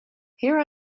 here